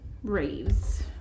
raves